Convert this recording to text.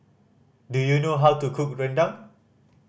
do you know how to cook rendang